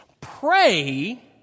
pray